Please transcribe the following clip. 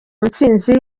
ntsinzi